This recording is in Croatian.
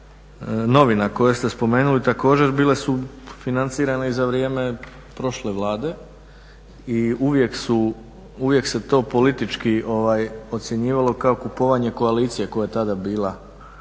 novina koje ste spomenuli, također bile su financirane i za vrijeme prošle Vlade i uvijek se to politički ocjenjivalo kao kupovanje koalicije koja je tada bila